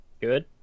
Good